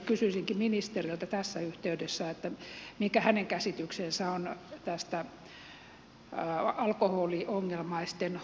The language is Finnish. kysyisinkin ministeriltä tässä yhteydessä mikä hänen käsityksensä on tästä alkoholiongelmaisten hoitotilanteesta